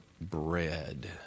bread